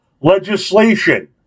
legislation